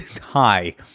hi